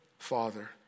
Father